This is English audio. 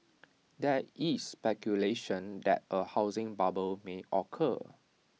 there is speculation that A housing bubble may occur